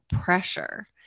pressure